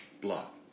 Block